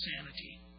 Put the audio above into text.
sanity